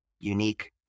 unique